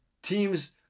teams